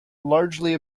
largely